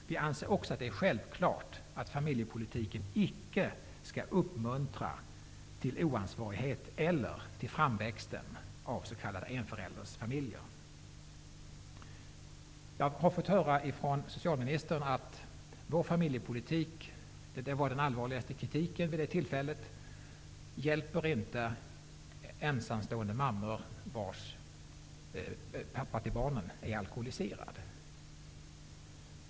Vi anser också att det är självklart att familjepolitiken inte skall uppmuntra till oansvarighet eller till framväxten av s.k. Jag har fått höra från socialministern att vår familjepolitik inte hjälper ensamstående mammor där pappan till barnen är alkoholiserad. Det var den allvarligaste kritiken vid det tillfället.